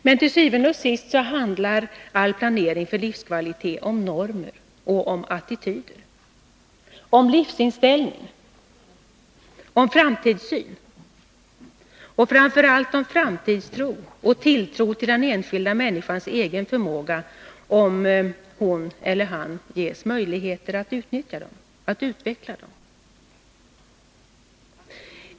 Men til syvende og sidst handlar all planering för livskvalitet om normer och attityder, om livsinställning, om framtidssyn och framför allt om framtidstro och tilltro till den enskilda människans egen förmåga om hon eller han ges möjligheter att utveckla den.